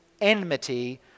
enmity